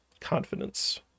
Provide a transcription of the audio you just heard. confidence